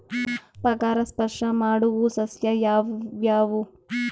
ಪರಾಗಸ್ಪರ್ಶ ಮಾಡಾವು ಸಸ್ಯ ಯಾವ್ಯಾವು?